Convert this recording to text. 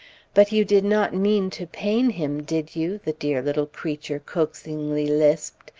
but you did not mean to pain him, did you? the dear little creature coaxingly lisped,